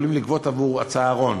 יכולים לגבות עבור הצהרון.